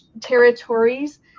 territories